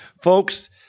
Folks